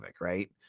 right